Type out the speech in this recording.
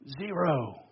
zero